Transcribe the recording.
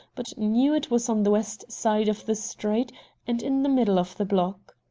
but knew it was on the west side of the street and in the middle of the block.